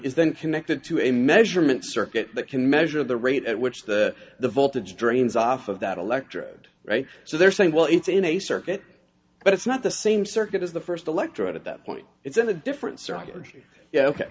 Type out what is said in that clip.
is then connected to a measurement circuit that can measure the rate at which the the voltage drains off of that electrode right so they're saying well it's in a circuit but it's not the same circuit as the first electrode at that point it's in a different